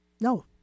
No